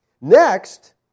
Next